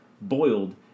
boiled